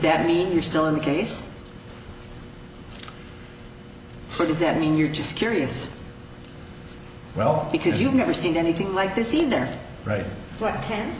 that mean you're still in the case what does that mean you're just curious well because you've never seen anything like this scene there right